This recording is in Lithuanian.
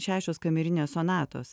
šešios kamerinės sonatos